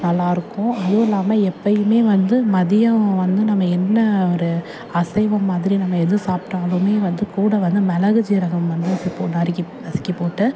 நல்லாயிருக்கும் அதுவும் இல்லாமல் எப்பயுமே வந்து மதியம் வந்து நம்ம என்ன ஒரு அசைவம் மாதிரி நம்ம எது சாப்பிட்டாலுமே வந்து கூட வந்து மிளகு சீரகம் வந்து இப்போது நறுக்கி நசுக்கிப் போட்டு